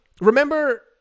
remember